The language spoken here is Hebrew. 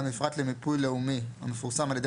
- המפרט למיפוי לאומי המפורסם על ידי